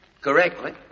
correctly